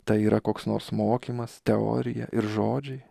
tai yra koks nors mokymas teorija ir žodžiai